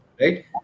right